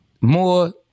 more